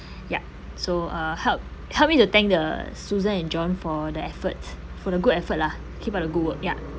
yup so uh help help me to thank the susan and john for the effort for the good effort lah keep up the good work ya